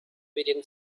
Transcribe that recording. within